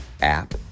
app